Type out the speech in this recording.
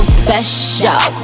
special